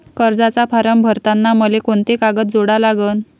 कर्जाचा फारम भरताना मले कोंते कागद जोडा लागन?